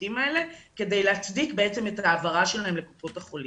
השירותים האלה כדי להצדיק את ההעברה שלהם לקופות החולים.